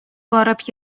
барып